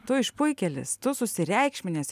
tu išpuikėlis tu susireikšminęs